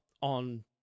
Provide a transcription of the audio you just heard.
on